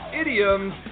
idioms